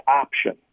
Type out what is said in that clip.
option